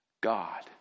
God